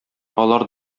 алар